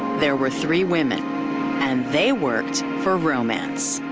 there were three women and they worked for romance.